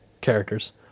Characters